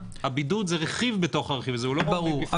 הבידוד זה רק רכיב והוא לא בפני עצמו.